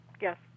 yes